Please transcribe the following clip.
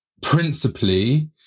principally